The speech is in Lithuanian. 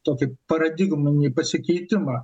tokį paradigminį pasikeitimą